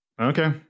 okay